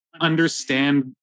understand